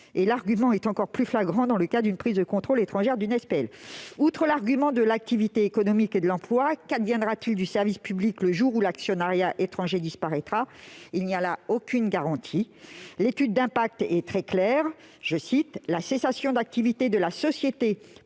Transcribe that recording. L'argument est encore plus flagrant dans le cas d'une prise de contrôle étrangère d'une SPL. Outre l'argument de l'activité économique et de l'emploi, qu'adviendra-t-il du service public le jour où l'actionnariat étranger disparaîtra ? Il n'y a là aucune garantie. L'étude d'impact est très claire à cet égard :« La cessation d'activité de la société peut